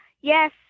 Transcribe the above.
Yes